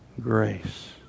grace